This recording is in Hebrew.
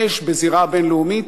אש בזירה הבין-לאומית,